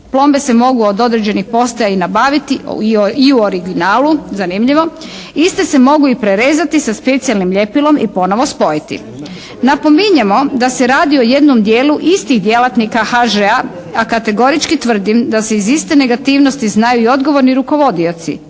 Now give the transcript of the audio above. Plombe se mogu od određenih postaja i nabaviti i u originalu, zanimljivo. Iste se mogu i prerezati sa specijalnim ljepilom i ponovo spojiti. Napominjemo da se radi o jednom dijelu istih djelatnika HŽ-a a kategorički tvrdim da se iz iste negativnosti znaju i odgovorni rukovodioci.